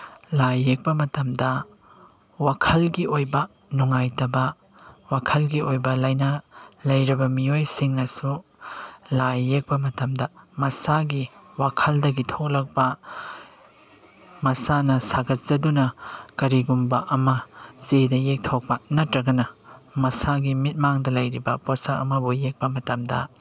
ꯂꯥꯏ ꯌꯦꯛꯄ ꯃꯇꯝꯗ ꯋꯥꯈꯜꯒꯤ ꯑꯣꯏꯕ ꯅꯨꯡꯉꯥꯏꯇꯕ ꯋꯥꯈꯜꯒꯤ ꯑꯣꯏꯕ ꯂꯩꯅꯥ ꯂꯩꯔꯕ ꯃꯤꯑꯣꯏꯁꯤꯡꯅꯁꯨ ꯂꯥꯏ ꯌꯦꯛꯄ ꯃꯇꯝꯗ ꯃꯁꯥꯒꯤ ꯋꯥꯈꯜꯗꯒꯤ ꯊꯣꯛꯂꯛꯄ ꯃꯁꯥꯅ ꯁꯥꯒꯠꯆꯗꯨꯅ ꯀꯔꯤꯒꯨꯝꯕ ꯑꯃ ꯆꯦꯗ ꯌꯦꯛꯊꯣꯛꯄ ꯅꯠꯇ꯭ꯔꯒꯅ ꯃꯁꯥꯒꯤ ꯃꯤꯠꯃꯥꯡꯗ ꯂꯩꯔꯤꯕ ꯄꯣꯠꯁꯛ ꯑꯃꯕꯨ ꯌꯦꯛꯄ ꯃꯇꯝꯗ